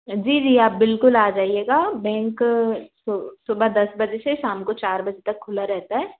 जी जी आप बिलकुल आ जाएगा बैंक सुबह दस बजे से शाम को चार बजे तक खुला रहता है